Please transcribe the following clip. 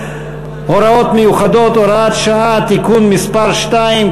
(הוראות מיוחדות) (הוראת שעה) (תיקון מס' 2),